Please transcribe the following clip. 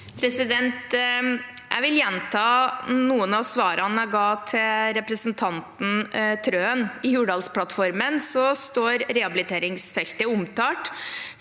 Jeg vil gjenta noen av svarene jeg ga til representanten Trøen. I Hurdalsplattformen står rehabiliteringsfeltet omtalt,